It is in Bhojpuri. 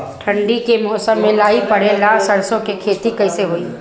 ठंडी के मौसम में लाई पड़े ला सरसो के खेती कइसे होई?